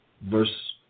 Verse